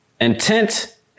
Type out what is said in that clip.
Intent